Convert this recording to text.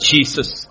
Jesus